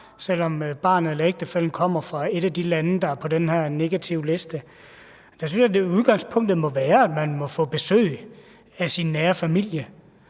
selv om barnet eller ægtefællen kommer fra et af de lande, der er på den her negativliste. Der synes jeg, det i udgangspunktet må være sådan, at man må få besøg af sin nære familie,